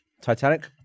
Titanic